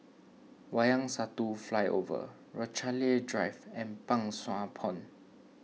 Wayang Satu Flyover Rochalie Drive and Pang Sua Pond